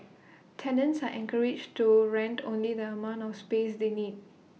tenants are encouraged to rent only the amount of space they need